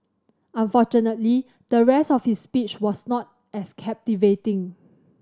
unfortunately the rest of his speech was not as captivating